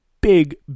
big